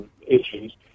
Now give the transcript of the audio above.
issues